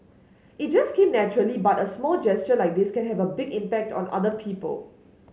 it just came naturally but a small gesture like this can have a big impact on other people